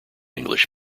english